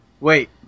Wait